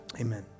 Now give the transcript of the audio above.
Amen